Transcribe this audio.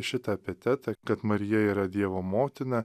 šitą epitetą kad marija yra dievo motina